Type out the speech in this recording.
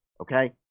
okay